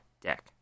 deck